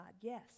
Yes